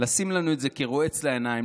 לשים לנו את זה כרועץ, בעיניים.